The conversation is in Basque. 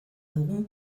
dugu